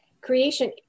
creation